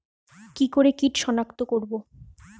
কি করে কিট শনাক্ত করব?